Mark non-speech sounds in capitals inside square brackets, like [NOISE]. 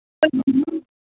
[UNINTELLIGIBLE]